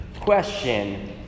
question